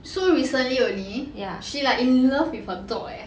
so recently only she like in love with her dog eh